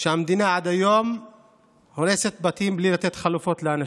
שהמדינה עד היום הורסת בתים בלי לתת חלופות לאנשים.